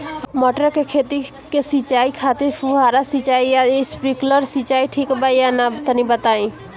मटर के खेती के सिचाई खातिर फुहारा सिंचाई या स्प्रिंकलर सिंचाई ठीक बा या ना तनि बताई?